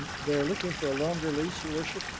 they're looking for a longer lease, your worship,